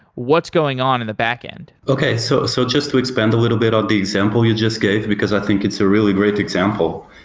what's going on in the backend? okay. so so just to expand a little bit on the example you just gave, because i think it's a really great example.